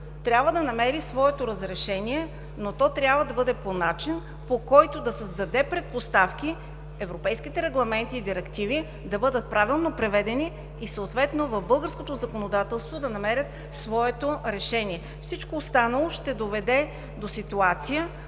трябва да намерят своето разрешение, но то трябва да бъде по начин, по който да създаде предпоставки европейските регламенти и директиви да бъдат правилно преведени и съответно в българското законодателство да намерят своето решение. Всичко останало ще доведе до ситуация,